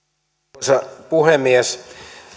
arvoisa puhemies